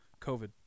COVID